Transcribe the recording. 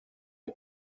est